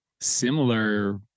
Similar